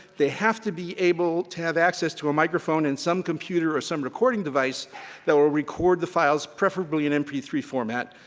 they have to be able to have access to a microphone and some computer, or some recording device that'll record the files, preferably in m p three format.